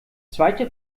zweite